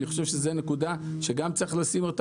זאת נקודה שגם צריך להציג.